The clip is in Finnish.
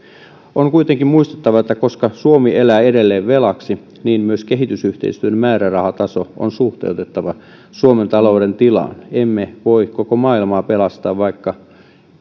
on kuitenkin muistettava että koska suomi elää edelleen velaksi niin myös kehitysyhteistyön määrärahataso on suhteutettava suomen talouden tilaan emme voi koko maailmaa pelastaa vaikka